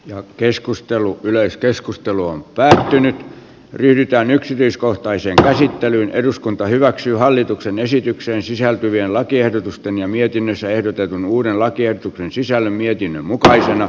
ja keskustelu yleiskeskustelu on päätynyt yhtään yksityiskohtaiseen käsittelyyn eduskunta hyväksyy hallituksen esitykseen sisältyvien lakiehdotusten ja mietinnössä ehdotetun uuden lakiehdotuksen sisällön mietinnön mukaisena